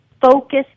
focus